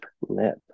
lip